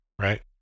Right